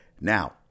Now